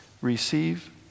receive